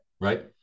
right